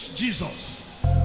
Jesus